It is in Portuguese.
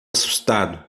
assustado